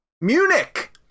Munich